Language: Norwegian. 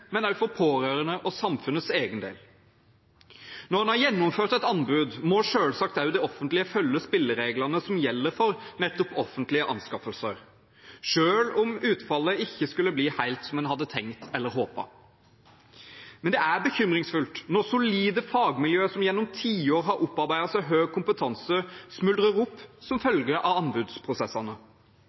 for pårørende og samfunnets del. Når en har gjennomført et anbud, må selvsagt også det offentlige følge spillereglene som gjelder for nettopp offentlige anskaffelser, selv om utfallet ikke skulle bli helt som en hadde tenkt eller håpet. Men det er bekymringsfullt når solide fagmiljø som gjennom tiår har opparbeidet seg høy kompetanse, smuldrer opp som følge av anbudsprosessene.